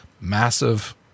massive